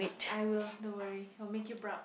I will don't worry I'll make you proud